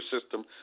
system